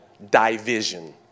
Division